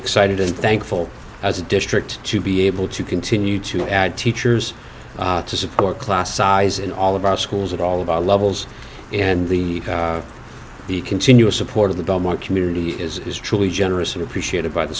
excited and thankful as a district to be able to continue to add teachers to support class size in all of our schools at all of our levels and the the continuous support of the belmont community is truly generous and appreciated by the